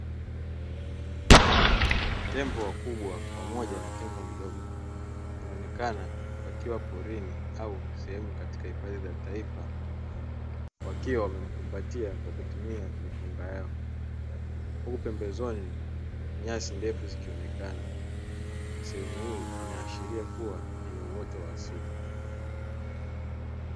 Tembo wakubwa pamoja na tembo mdogo, wanaonekana wakiwa porini au sehemu katika hifadhi za taifa, wakiwa wamemkumbatia kwa kutumia mikonga yao, huku pembezoni nyasi ndefu zikionekana, sehemu hii inaashiria kuwa ni yenye uoto wa asili.